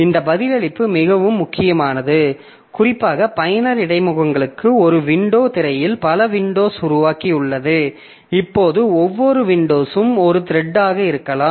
இந்த பதிலளிப்பு மிகவும் முக்கியமானது குறிப்பாக பயனர் இடைமுகங்களுக்கு ஒரு வின்டோ திரையில் பல வின்டோஸ் உருவாக்கியுள்ளது இப்போது ஒவ்வொரு வின்டோஷும் ஒரு த்ரெட்டாக இருக்கலாம்